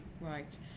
right